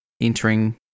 entering